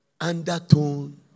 undertone